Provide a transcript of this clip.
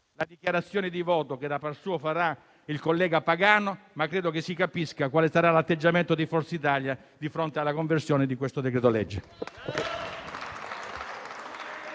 la dichiarazione di voto che, da par suo, farà il collega Pagano, ma credo che si capisca quale sarà l'atteggiamento di Forza Italia di fronte alla conversione del decreto-legge